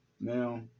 Now